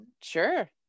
sure